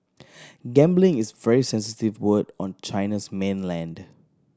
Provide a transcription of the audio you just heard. gambling is very sensitive word on China's mainland